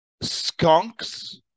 Skunks